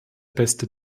beste